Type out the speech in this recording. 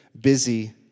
busy